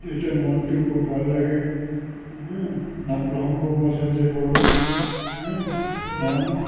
তেতিয়া মনটো খুব ভাল লাগে নাম প্ৰসঙ্গৰ মাজে মাজে কৰোঁ নাম